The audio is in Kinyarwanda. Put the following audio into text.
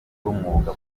b’umwuga